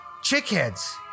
Chickheads